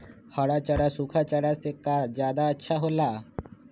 हरा चारा सूखा चारा से का ज्यादा अच्छा हो ला?